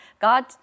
God